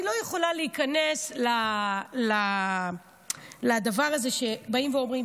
אני לא יכולה להיכנס לדבר הזה שאומרים,